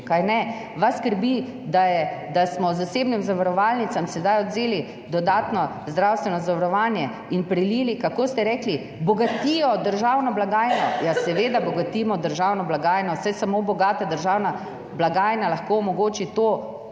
kajne. Vas skrbi, da smo zasebnim zavarovalnicam sedaj odvzeli dodatno zdravstveno zavarovanje in prelili, kako ste rekli, bogatijo državno blagajno, ja, seveda bogatimo državno blagajno, saj samo bogata državna blagajna lahko omogoči to,